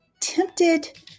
tempted